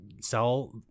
sell